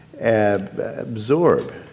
absorb